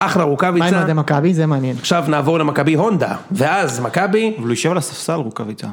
אחלה רוקוויצה, מה עם אוהדי מכבי? זה מעניין. עכשיו נעבור למכבי הונדה, ואז מכבי, אבל הוא יושב על הספסל רוקוויצה.